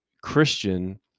Christian